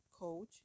coach